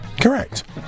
Correct